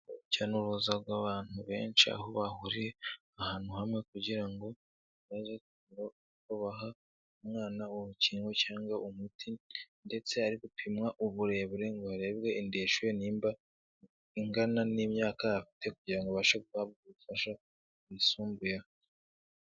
Urujyanuruza rw'abantu benshi aho bahuriye ahantu hamwe kugira ngo baze kubaha umwana w'urukingo cyangwa umuti, ndetse ari gupimwa uburebure ngo harebwe indeshyo nimba ingana n'imyaka afite kugira abashe guhabwa ubufasha bwisumbuyeho.